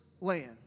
land